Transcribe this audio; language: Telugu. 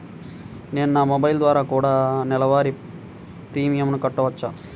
నేను నా మొబైల్ ద్వారా కూడ నెల వారి ప్రీమియంను కట్టావచ్చా?